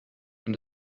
and